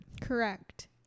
correct